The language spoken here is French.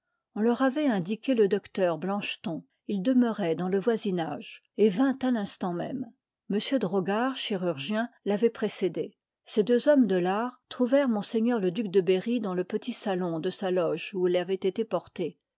on leur avoit indiqué le docteur blanchelon il demeuroit dans le voisinage et vint à tinstant même m brogard chirurgien l'avoit précédé ces deux hommes de fart trouvèrent m le duc de berry dans le petit salon de sa loge où il avoit été porté